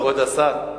כבוד השר,